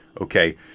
okay